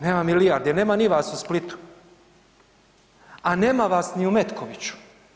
Nema milijardi, nema niti vas u Splitu, a nema vas ni u Metkoviću.